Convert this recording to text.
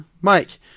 Mike